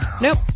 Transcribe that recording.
Nope